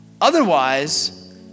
Otherwise